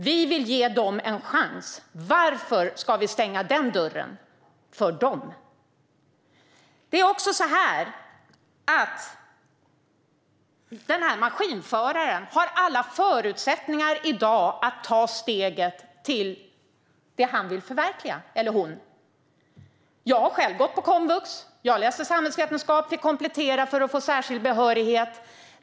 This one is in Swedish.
Vi vill ge dem en chans. Varför ska vi stänga denna dörr för dem? Det är också så att maskinföraren redan i dag har alla förutsättningar att ta steget till det han eller hon vill förverkliga. Jag har själv gått på komvux. Jag läste samhällsvetenskap och fick komplettera för att få särskild behörighet.